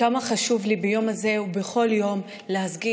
כמה חשוב לי ביום הזה ובכל יום להזכיר